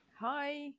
Hi